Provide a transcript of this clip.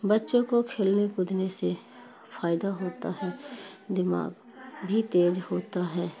بچوں کو کھیلنے کودنے سے فائدہ ہوتا ہے دماغ بھی تیز ہوتا ہے